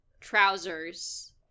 trousers